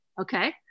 Okay